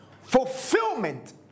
fulfillment